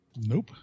Nope